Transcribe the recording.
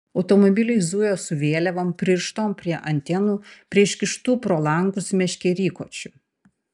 automobiliai zujo su vėliavom pririštom prie antenų prie iškištų pro langus meškerykočių